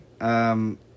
um-